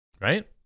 Right